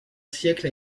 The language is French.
siècle